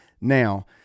now